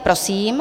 Prosím.